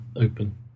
open